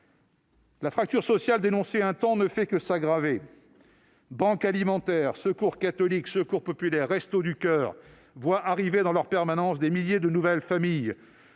La fracture sociale dénoncée un temps ne fait que s'aggraver. Banques alimentaires, Secours catholique, Secours populaire, Restos du coeur voient arriver dans leurs permanences des milliers de nouvelles familles.